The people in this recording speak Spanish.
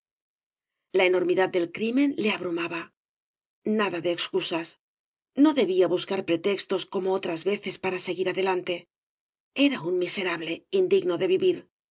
la enormidad del crimen le abrumaba nada de excusas no debía buscar pretextos como otras veces para seguir adelante era un miserable indigno de vivir